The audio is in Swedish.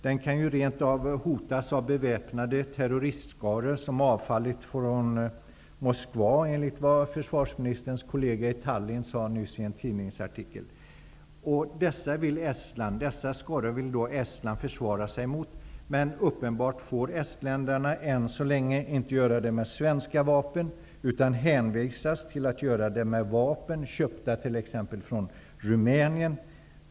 Den kan rent av hotas av beväpnade terroristskaror som avfallit från Moskva, som försvarsministerns kollega i Tallinn enligt en tidningsartikel nyss sagt. Dessa skaror vill Estland försvara sig mot, men uppenbarligen får estländarna ännu så länge inte göra det med svenska vapen utan hänvisas till att göra det med vapen köpta t.ex. från Rumänien.